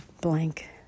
blank